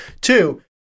Two